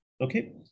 okay